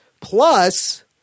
plus